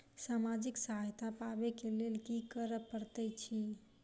सामाजिक सहायता पाबै केँ लेल की करऽ पड़तै छी?